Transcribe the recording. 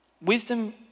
Wisdom